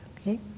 okay